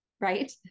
Right